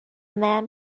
man